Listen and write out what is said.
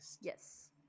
yes